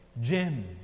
Jim